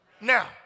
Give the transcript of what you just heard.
now